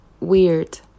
weird